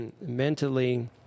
mentally